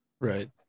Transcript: Right